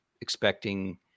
expecting